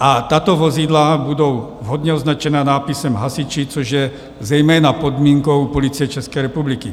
a tato vozidla budou vhodně označena nápisem Hasiči, což je zejména podmínkou Policie České republiky.